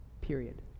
period